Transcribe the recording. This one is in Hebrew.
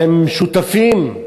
שהם שותפים.